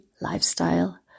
lifestyle